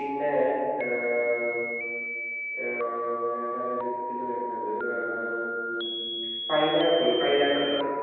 പിന്നെ വേറെ ലിസ്റ്റിൽ വരുന്നത് പൈനാപ്പിൾ പൈനാപ്പിൾ